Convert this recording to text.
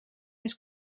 els